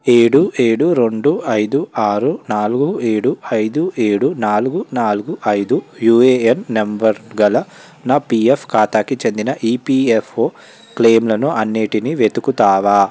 ఏడు ఏడు రెండు ఐదు ఆరు నాలుగు ఏడు ఐదు ఏడు నాలుగు నాలుగు ఐదు యుఏఎన్ నంబర్ గల నా పిఎఫ్ ఖాతాకి చెందిన ఈపిఎఫ్ఓ క్లెయిములను అన్నిటినీ వెతుకుతావా